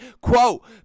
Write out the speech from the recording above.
Quote